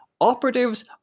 operatives